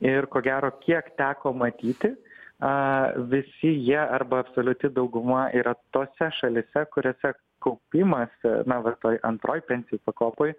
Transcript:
na ir ko gero kiek teko matyti visi jie arba absoliuti dauguma yra tose šalyse kuriose kaupimas na vat antroj pensijų pakopoj